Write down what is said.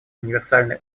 универсальный